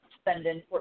spending